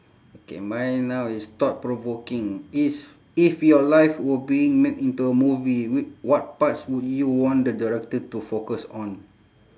okay mine now is thought provoking is if your life were being made into a movie w~ what parts would you want the director to focus on